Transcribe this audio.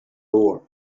ore